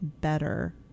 better